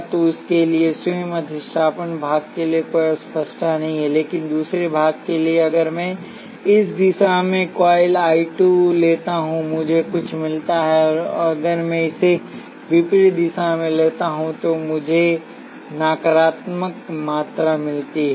तो इसके लिए स्वयं अधिष्ठापन भाग के लिए कोई अस्पष्टता नहीं है लेकिन दूसरे भाग के लिए अगर मैं इस दिशा में कॉइल 2 I 2 लेता हूं मुझे कुछ मिलता है और अगर मैं इसे विपरीत दिशा में लेता हूं तो मुझे नकारात्मक मात्रा मिलती है